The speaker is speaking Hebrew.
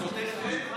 אתה סותר את עצמך.